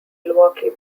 milwaukee